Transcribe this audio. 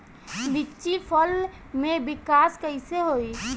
लीची फल में विकास कइसे होई?